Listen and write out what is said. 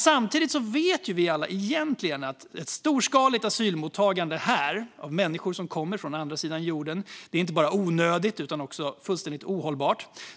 Samtidigt vet vi alla egentligen att ett storskaligt asylmottagande här av människor som kommer från andra sidan jorden inte bara är onödigt utan också fullständigt ohållbart.